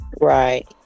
right